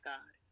God